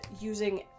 using